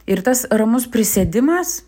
ir tas ramus prisėdimas